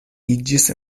iĝis